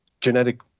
genetic